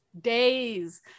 days